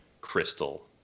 crystal